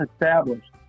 established